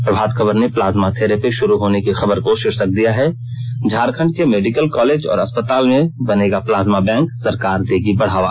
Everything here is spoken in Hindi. प्रभात खबर ने प्लाज्मा थेरेपी शुरू होने की खबर को शीर्षक दिया है झारखंड के मेडिकल कॉलेज और अस्पताल में बनेगा प्लाज्मा बैंक सरकार देगी बढावा